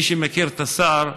מי שמכיר את השר,